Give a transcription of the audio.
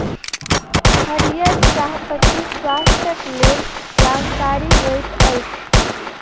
हरीयर चाह पत्ती स्वास्थ्यक लेल लाभकारी होइत अछि